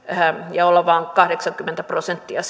ja olla vain kahdeksankymmentä prosenttia